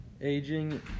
Aging